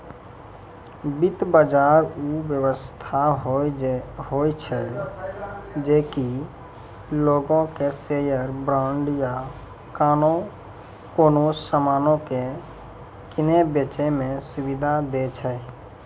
वित्त बजार उ व्यवस्था होय छै जे कि लोगो के शेयर, बांड या कोनो समानो के किनै बेचै मे सुविधा दै छै